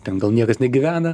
ten gal niekas negyvena